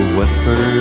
whisper